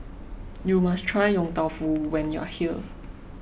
you must try Yong Tau Foo when you are here